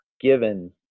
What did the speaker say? given